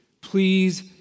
please